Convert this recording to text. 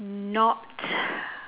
not